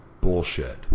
bullshit